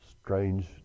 strange